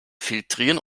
filtrieren